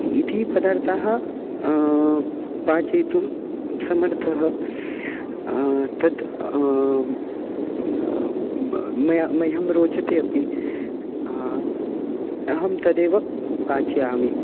इथि पदार्थाः पाचयितुं समर्थः तत् म मया मह्यं रोचते अपि अहं तदेव पाचयामि